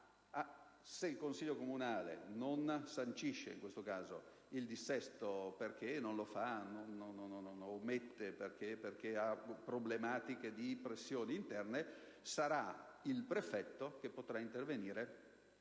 se il consiglio comunale non sancisce il dissesto, perché omette di farlo o perché ha problematiche di pressioni interne, sarà il prefetto a poter intervenire